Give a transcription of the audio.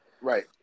Right